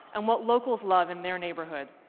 and what locals love in their neighborhood.